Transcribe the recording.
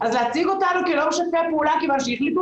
אז להציג אותנו כלא משתפי פעולה כיוון שהחליטו